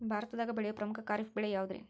ಭಾರತದಾಗ ಬೆಳೆಯೋ ಪ್ರಮುಖ ಖಾರಿಫ್ ಬೆಳೆ ಯಾವುದ್ರೇ?